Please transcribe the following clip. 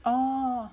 oh